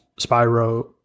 spyro